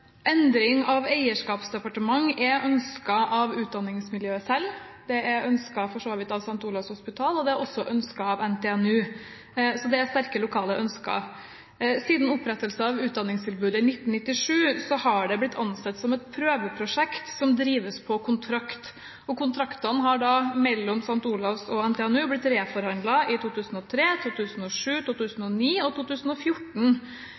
så vidt ønsket av St. Olavs Hospital, og det er ønsket av NTNU. Det er sterke lokale ønsker. Siden opprettelsen av utdanningstilbudet i 1997 har det blitt ansett som et prøveprosjekt, som drives på kontrakt. Kontraktene mellom St. Olavs og NTNU ble reforhandlet i 2003, 2007, 2009 og 2014.